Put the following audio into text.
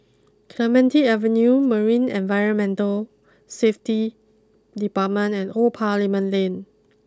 Clementi Avenue Marine Environment Safety Department and Old Parliament Lane